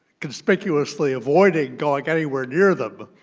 conspicuously avoiding going anywhere near them,